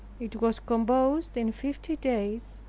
it was composed in fifty days,